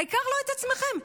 העיקר לא את עצמכם.